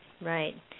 right